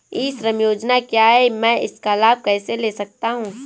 ई श्रम योजना क्या है मैं इसका लाभ कैसे ले सकता हूँ?